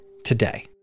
today